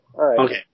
Okay